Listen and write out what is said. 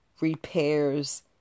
repairs